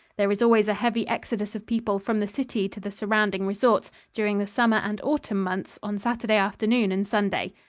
there is always a heavy exodus of people from the city to the surrounding resorts during the summer and autumn months on saturday afternoon and sunday.